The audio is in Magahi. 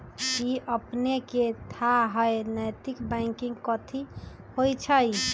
कि अपनेकेँ थाह हय नैतिक बैंकिंग कथि होइ छइ?